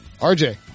RJ